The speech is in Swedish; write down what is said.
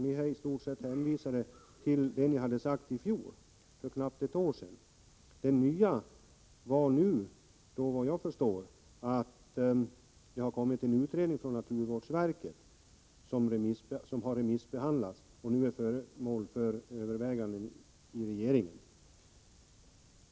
Ni är i stort sett hänvisade till det ni sade i fjol, alltså för knappt ett år sedan. Det nya var, såvitt jag förstår, att det har kommit en utredning från naturvårdsverket som remissbehandlats och nu är föremål för överväganden i regeringen.